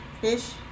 fish